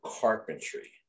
carpentry